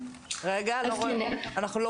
אז כן זה לא